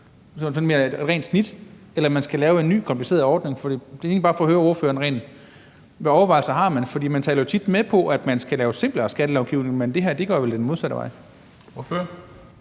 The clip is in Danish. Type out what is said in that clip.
sådan et mere rent snit, eller skulle man lave en ny kompliceret ordning? Det er egentlig bare for at høre ordføreren, hvilke overvejelser man har, for man taler jo tit med på, at man skal lave simplere skattelovgivning, men det her går vel den modsatte vej. Kl.